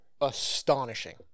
astonishing